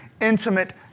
intimate